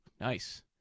nice